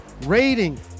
rating